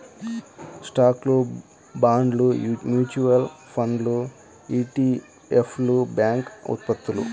స్టాక్లు, బాండ్లు, మ్యూచువల్ ఫండ్లు ఇ.టి.ఎఫ్లు, బ్యాంక్ ఉత్పత్తులు